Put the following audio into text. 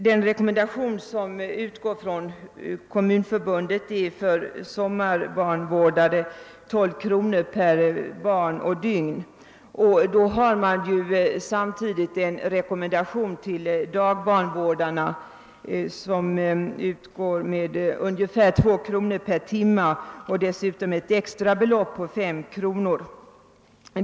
Den rekommendation som sålunda utgår från Kommunförbundet innebär att sommarbarnvårdare skall få 12 kronor per barn och dygn. Samtidigt rekommenderar man att ca 2 kronor per timme skall betalas till dagbarnvårdare och dessutom ett extrabelopp på 5 kronor.